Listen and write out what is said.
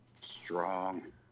Strong